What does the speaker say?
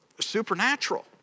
supernatural